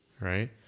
Right